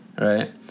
right